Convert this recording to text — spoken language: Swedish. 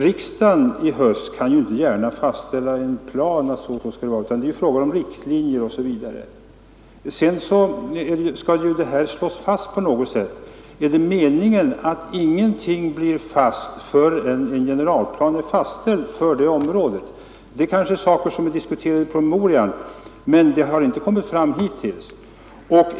Riksdagen i höst kan ju inte gärna fastställa en plan som anger att så och så skall det vara, utan det blir fråga om riktlinjer m.m. Är det meningen att ingenting skall vara bestämt förrän en generalplan är fastställd för området? Det är kanske sådant som diskuteras i promemorian, men hittills har ingenting kommit fram i det avseendet.